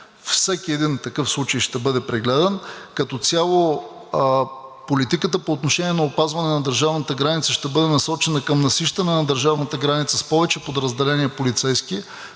Всеки един такъв случай ще бъде прегледан. Като цяло политиката по отношение на опазване на държавната граница ще бъде насочена към насищане на държавната граница с повече полицейски